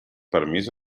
permís